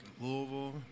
Louisville